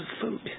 food